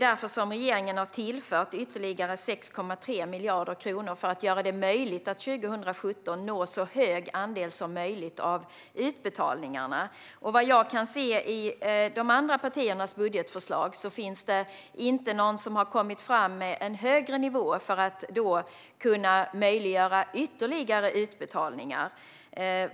Därför har regeringen tillfört ytterligare 6,3 miljarder kronor, så att det blir möjligt att 2017 klara av en så hög andel av utbetalningarna som möjligt. Vad jag kan se i de andra partiernas budgetförslag har inget annat parti kommit fram med en högre nivå för att möjliggöra ytterligare utbetalningar.